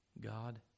God